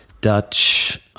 dutch